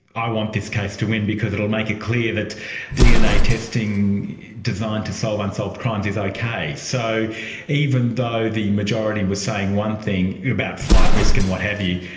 i want this case to win because it will make it clear that dna testing designed to solve unsolved crimes is okay. so even though the majority was saying one thing about flight risk and what have you,